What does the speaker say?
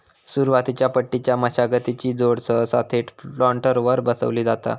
सुरुवातीच्या पट्टीच्या मशागतीची जोड सहसा थेट प्लांटरवर बसवली जाता